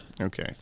Okay